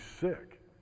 sick